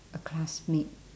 a classmate